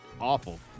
awful